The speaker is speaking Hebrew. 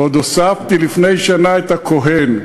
ועוד הוספתי לפני שנה את "הכהן",